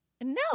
No